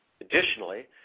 Additionally